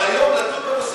אבל היום לדון בנושא הזה,